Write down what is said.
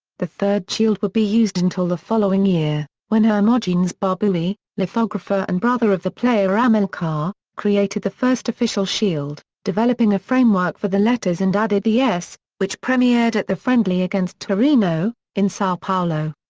the third shield would be used until the following year, when hermogenes barbuy, lithographer and brother of the player amilcar, created the first official shield, developing a framework for the letters and added the s, which premiered at the friendly against torino, in sao paulo.